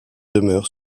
demeure